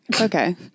Okay